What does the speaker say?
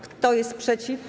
Kto jest przeciw?